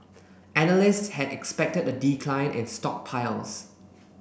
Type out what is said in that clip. analysts had expected a decline in stockpiles